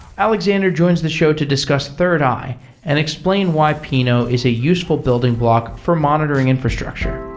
alexander joins the show to discuss thirdeye and explain why pinot is a useful building block for monitoring infrastructure.